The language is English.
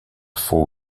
four